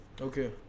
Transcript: okay